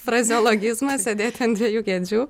frazeologizmą sėdėti ant dviejų kėdžių